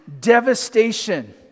devastation